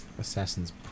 Assassin's